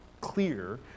clear